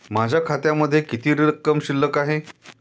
माझ्या खात्यामध्ये किती रक्कम शिल्लक आहे?